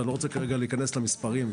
אני לא רוצה כרגע להיכנס למספרים,